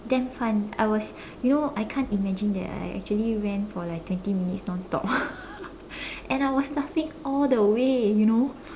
damn fun I was you know I can't imagine that I actually ran for like twenty minutes non stop and I was laughing all the way you know